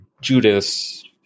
Judas